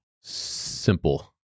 simple